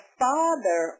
father